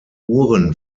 uhren